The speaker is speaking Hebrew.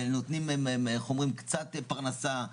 והם נותנים קצת פרנסה.